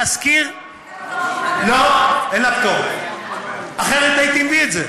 תזכיר, אין לה פטור מחובת הנחה?